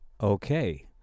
Okay